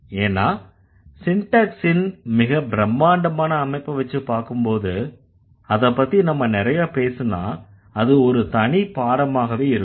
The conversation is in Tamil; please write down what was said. ஏன்னா சின்டேக்ஸின் மிகபிரமாண்டமான அமைப்பை வெச்சு பார்க்கும்போது அதைப்பத்தி நாம நிறைய பேசுனா அது ஒரு தனி பாடமாவே இருக்கும்